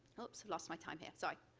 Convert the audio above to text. so lost my time here, sorry.